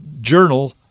Journal